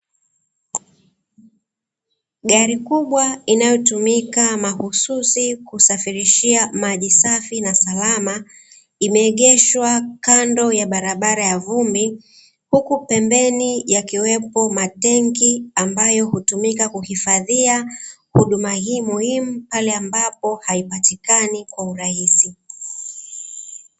Gari kubwa inayotumika mahususi kusafirishia maji safi na salama, imeegeshwa kando ya barabara ya vumbi huku pemben yakiwepo matenki ambayo hutumika kuhifadhia huduma hii muhimu pale ambapo haipatikani kwa urahisi.